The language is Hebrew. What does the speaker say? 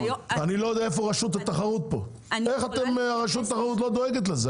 איך רשות התחרות לא דואגת לזה?